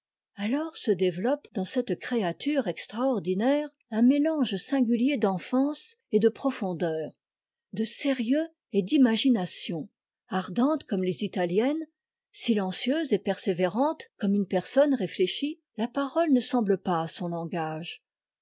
alors se développe dans cette créature extraordinaire un mélange singulier d'enfance et de profondeur de sérieux et d'imagination ardente comme les italiennes silencieuse et persévérante comme une personne réfléchie la parole ne semble pas son langage